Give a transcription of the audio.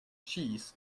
cheese